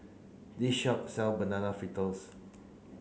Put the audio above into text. this shop sell banana fritters